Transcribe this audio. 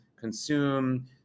consume